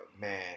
man